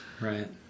Right